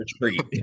retreat